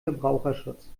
verbraucherschutz